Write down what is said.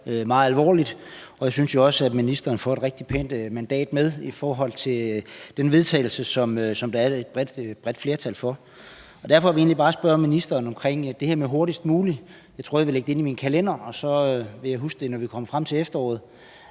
meget alvorligt. Jeg synes jo også, at ministeren får et rigtig pænt mandat med til det forslag til vedtagelse, som der er et bredt flertal for. Derfor vil jeg egentlig bare spørge ministeren om det her med »hurtigst muligt«. Jeg tror, jeg vil lægge det ind i min kalender, og så vil jeg huske det, når vi kommer frem til efteråret